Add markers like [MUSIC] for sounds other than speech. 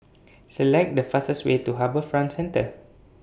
[NOISE] Select The fastest Way to HarbourFront Centre